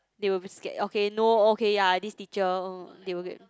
they will be scared okay no okay ya this teacher uh they will get